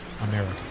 America